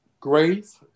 grace